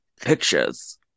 Pictures